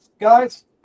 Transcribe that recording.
guys